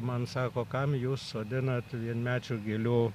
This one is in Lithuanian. man sako kam jūs sodinat vienmečių gėlių